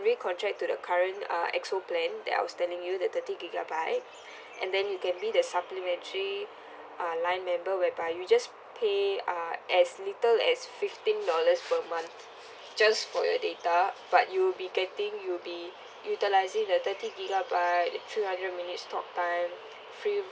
recontract to the current uh X O plan that I was telling you the thirty gigabyte and then you can be the supplementary uh line member whereby you just pay uh as little as fifteen dollars per month just for your data but you will be getting you be utilizing the thirty gigabyte three hundred minutes talk time free